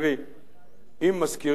אם מזכירים החלטות ממשלה,